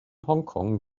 hongkong